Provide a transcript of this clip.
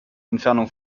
entfernung